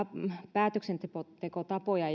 päätöksentekotapoja